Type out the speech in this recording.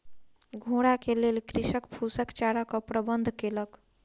घोड़ा के लेल कृषक फूसक चाराक प्रबंध केलक